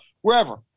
wherever